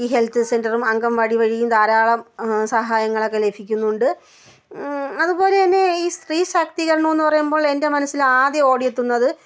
ഈ ഹെൽത്ത് സെൻ്ററും അംഗൻവാടി വഴിയും ധാരാളം സഹായങ്ങളൊക്കെ ലഭിക്കുന്നുണ്ട് അതുപോലെ തന്നെ ഈ സ്ത്രീ ശാക്തീകരണം എന്ന് പറയുമ്പോൾ എൻ്റെ മനസ്സിൽ ആദ്യം ഓടിയെത്തുന്നത്